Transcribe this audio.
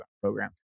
program